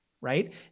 right